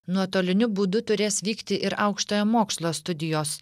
nuotoliniu būdu turės vykti ir aukštojo mokslo studijos